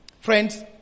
Friends